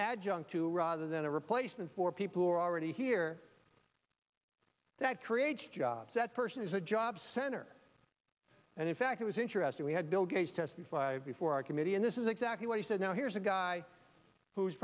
adjunct to rather than a replacement for people who are already here that creates jobs that person is a job center and in fact it was interesting we had bill gates testify before our committee and this is exactly what he said now here's a guy who